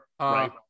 Right